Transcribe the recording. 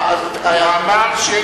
אמר,